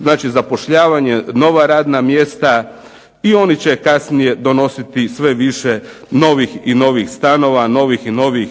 Znači zapošljavanje, nova radna mjesta i oni će kasnije donositi sve više novih i novih stanova, novih i novih